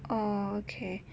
oh okay